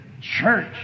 church